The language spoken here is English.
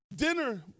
Dinner